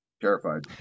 terrified